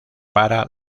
para